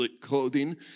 clothing